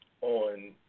on